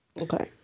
Okay